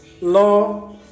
law